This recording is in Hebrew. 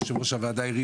יושב-ראש הוועדה אמר,